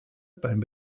beim